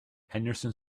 henderson